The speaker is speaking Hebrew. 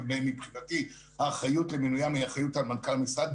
ומבחינתי האחריות למינוים היא אחריות על מנכ"ל משרד.